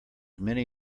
many